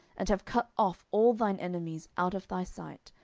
and have cut off all thine enemies out of thy sight,